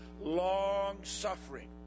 long-suffering